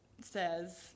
says